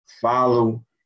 follow